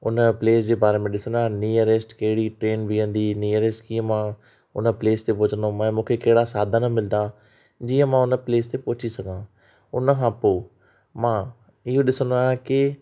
हुन प्लेस जे बारे में ॾिसंदो आहिया नियरेस्ट कहिड़ि ट्रेन बी हूंदी नियररेस्ट कीइअं मां हुन प्लेस ते पहुचंदुमि मूंखे कहिॾा साधन मिलंदा जीअं मां हुन प्लेस ते पहुंची सघां हुन खां पोइ मां इहो ॾिसंदो आहिया की